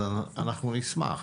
אז אנחנו נשמח.